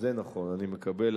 זה נכון, אני מקבל.